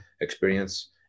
experience